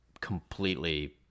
completely